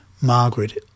Margaret